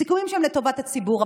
סיכומים שהם לטובת הציבור.